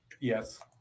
Yes